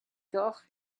gogh